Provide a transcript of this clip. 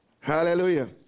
hallelujah